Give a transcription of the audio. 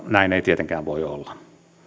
näin ei tietenkään voi olla